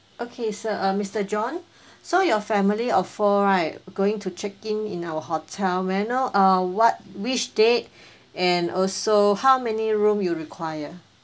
okay sir uh mister john so your family of four right going to check in in our hotel may I know uh what which date and also how many room you require